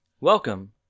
Welcome